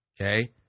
Okay